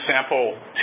sample